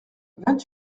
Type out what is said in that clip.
vingt